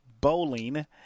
Bowling